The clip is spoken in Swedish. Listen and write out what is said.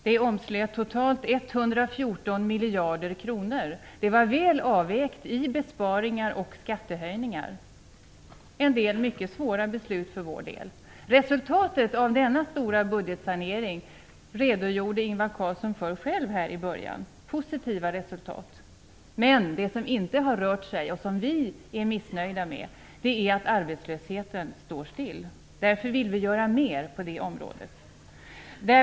Det omslöt totalt 114 miljarder kronor. Det var väl avvägt i besparingar och skattehöjningar. Det var en del mycket svåra beslut för vår del. Resultatet av denna stora budgetsanering redogjorde Ingvar Carlsson själv för här i början. Det var ett positivt resultat. Men det som vi är missnöjda med är att arbetslösheten står stilla. Därför vill vi göra mer på det området.